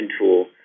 tool